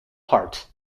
heart